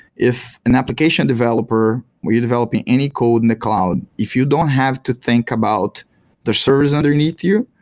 if an application developer, where you're developing any code in the cloud, if you don't have to think about the service underneath you,